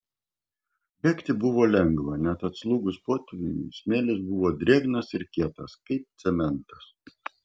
bėgti buvo lengva nes atslūgus potvyniui smėlis buvo drėgnas ir kietas kaip cementas